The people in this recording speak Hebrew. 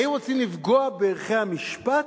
האם רוצים לפגוע בערכי המשפט?